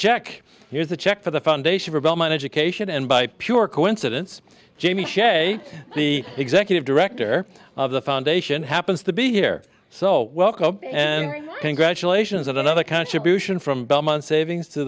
check here's a check for the foundation for belmont education and by pure coincidence jamie shea the executive director of the foundation happens to be here so welcome congratulations on another contribution from belmont savings to